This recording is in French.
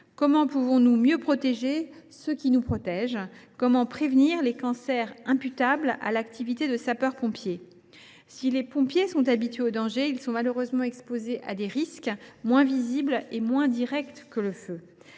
comment pouvons nous mieux protéger ceux qui nous protègent ? Comment prévenir les cancers imputables à l’activité de sapeur pompier ? Si les pompiers sont habitués au danger, ils sont, hélas ! exposés à des risques moins visibles et moins directs que le feu